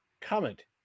comment